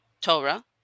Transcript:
Torah